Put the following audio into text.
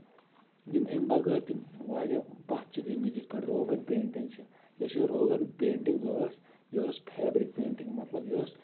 یم أمۍ بغٲر تہِ واریاہ پَتھ چھِ تُلمٕتۍ یِتھ پٲٹھۍ روگن پیٹنگ چھِ یۄس یہِ روگن پیٹنٛگ ٲسۍ یہِ ٲسۍ فیبرِک پیٹنٛگ مطلب یہِ ٲسۍ